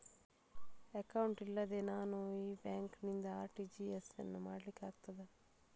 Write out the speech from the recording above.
Account ಇಲ್ಲದೆ ನಾನು ಈ ಬ್ಯಾಂಕ್ ನಿಂದ ಆರ್.ಟಿ.ಜಿ.ಎಸ್ ಯನ್ನು ಮಾಡ್ಲಿಕೆ ಆಗುತ್ತದ?